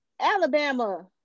Alabama